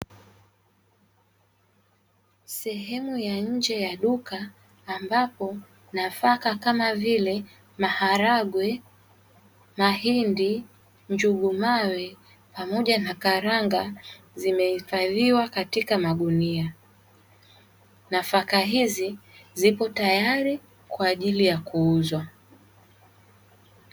Sehemu ya nje ya duka, ambapo nafaka kama vile: maharagwe mahindi, njugu mawe pamoja na karanga, zimehifadhiwa katika magunia. Nafaka hizi zipo tayari kwa ajili ya kuuzwa.